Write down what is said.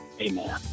amen